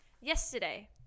yesterday